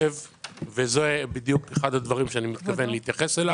זה בדיוק אחד הדברים שאני מתכוון להתייחס אליו.